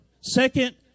Second